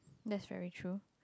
necessary too